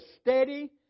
steady